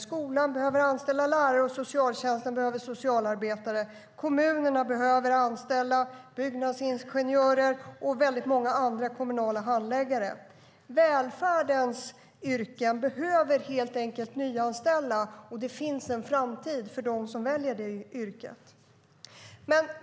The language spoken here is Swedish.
Skolan behöver anställa lärare, och socialtjänsten behöver socialarbetare. Kommunerna behöver anställa byggnadsingenjörer och väldigt många andra kommunala handläggare. Välfärdens yrken behöver helt enkelt nyanställa, och det finns en framtid för dem som väljer de yrkena.